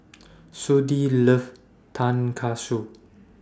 Sudie loves Tan Katsu